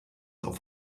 auf